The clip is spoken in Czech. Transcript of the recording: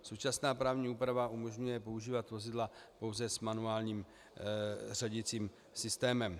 Současná právní úprava umožňuje používat vozidla pouze s manuálním řadicím systémem.